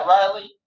Riley